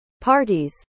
parties